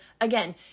again